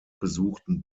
besuchten